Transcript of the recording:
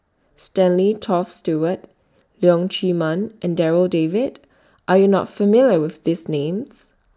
Stanley Toft Stewart Leong Chee Mun and Darryl David Are YOU not familiar with These Names